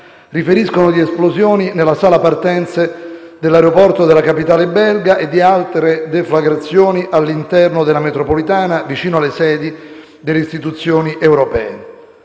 riferiscono di esplosioni nella sala partenze dell'aeroporto della capitale belga e di altre deflagrazioni all'interno della metropolitana, vicino alle sedi delle istituzioni europee.